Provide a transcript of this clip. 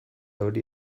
hori